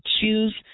choose